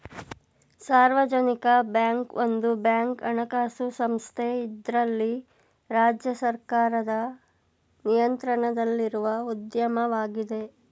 ಸಾರ್ವಜನಿಕ ಬ್ಯಾಂಕ್ ಒಂದು ಬ್ಯಾಂಕ್ ಹಣಕಾಸು ಸಂಸ್ಥೆ ಇದ್ರಲ್ಲಿ ರಾಜ್ಯ ಸರ್ಕಾರದ ನಿಯಂತ್ರಣದಲ್ಲಿರುವ ಉದ್ಯಮವಾಗಿದೆ